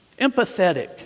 empathetic